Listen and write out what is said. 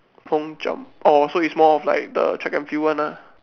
long jump orh so it's more of like the track and field one lah